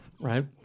right